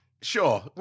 Sure